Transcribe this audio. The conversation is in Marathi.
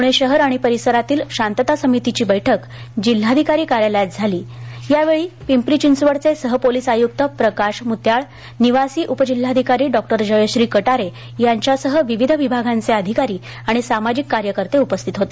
पुणे शहर आणि परिसरांतील शांतता समितीची बैठक जिल्हाधिकारी कार्यालयांत झाली यावेळी पिंपरी चिंचवडचे सहपोलीस आयुक्त प्रकाश मुत्याळ निवासी उपजिल्हाधिकारी डॉक्टर जयश्री कटारे यांच्यासह विविध विभागांचे अधिकारी आणि सामाजिक कार्यकर्ते उपस्थित होते